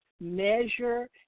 measure